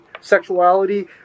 sexuality